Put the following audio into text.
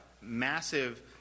massive